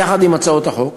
יחד עם הצעות החוק,